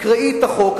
תקראי את החוק,